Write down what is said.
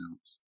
else